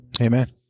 Amen